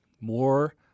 more